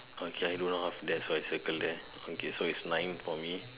okay I do not offer that so I circle there okay so it's nine for me